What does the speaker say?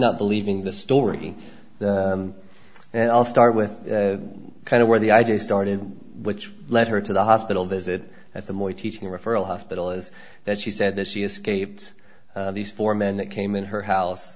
not believing the story and i'll start with kind of where the idea started which led her to the hospital visit that the more teaching referral hospital is that she said that she escaped these four men that came in her house